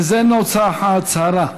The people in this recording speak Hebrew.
זה נוסח ההצהרה: